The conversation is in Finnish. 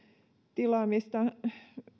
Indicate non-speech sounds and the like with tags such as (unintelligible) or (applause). tilaamisessa on (unintelligible) (unintelligible)